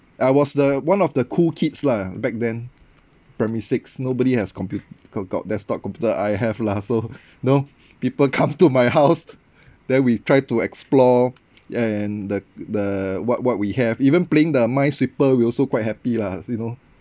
I was the one of the cool kids lah back then primary six nobody has compu~ got got desktop computer I have lah so know people come to my house then we try to explore ya and the the what what we have even playing the minesweeper we also quite happy lah you know